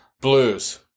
blues